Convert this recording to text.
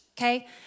okay